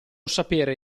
sapere